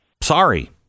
sorry